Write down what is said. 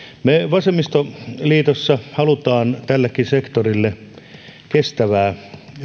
vasemmistoliitossa haluamme tällekin sektorille kestävää